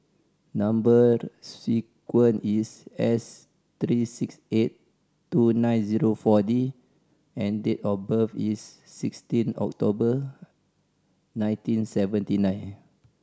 number sequence is S three six eight two nine zero Four D and date of birth is sixteen October nineteen seventy nine